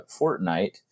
Fortnite